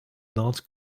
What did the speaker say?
naald